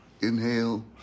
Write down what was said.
Inhale